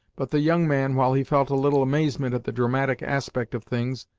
but the young man, while he felt a little amazement at the dramatic aspect of things,